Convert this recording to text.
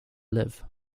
live